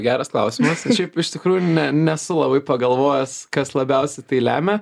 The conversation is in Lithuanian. geras klausimas šiaip iš tikrųjų ne nesu labai pagalvojęs kas labiausiai tai lemia